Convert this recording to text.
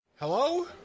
Hello